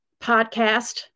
podcast